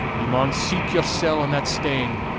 ye maun seat yoursel' on that stane,